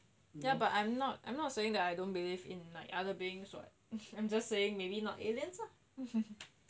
ya but I'm not I'm not saying I don't believe in like other beings [what] I'm just saying maybe not aliens lah